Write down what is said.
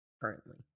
currently